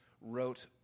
wrote